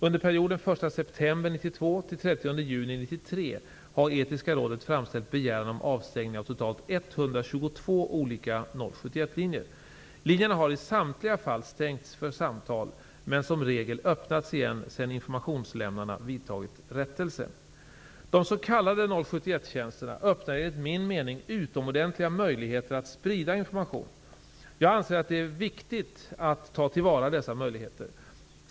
Under perioden den 1 september 1992 till den 30 juni 1993 har Etiska rådet framställt begäran om avstängning av totalt 122 olika 071-linjer. Linjerna har i samtliga fall stängts för samtal, men som regel öppnats igen sedan informationslämnarna vidtagit rättelse. De s.k. 071-tjänsterna öppnar enligt min mening utomordentliga möjligheter att sprida information. Jag anser att det är viktigt att ta till vara dessa möjligheter.